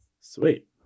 Sweet